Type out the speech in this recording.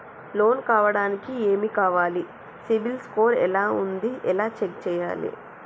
Loan కావడానికి ఏమి కావాలి సిబిల్ స్కోర్ ఎలా ఉంది ఎలా చెక్ చేయాలి?